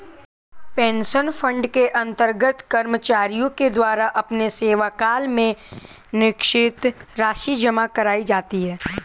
pension fund के अंतर्गत कर्मचारियों के द्वारा अपने सेवाकाल में निश्चित राशि जमा कराई जाती है